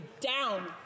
down